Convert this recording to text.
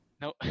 No